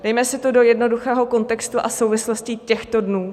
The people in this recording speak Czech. Dejme si to do jednoduchého kontextu a souvislostí těchto dnů.